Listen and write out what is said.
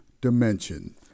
dimension